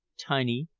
tiny,